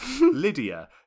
Lydia